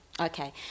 Okay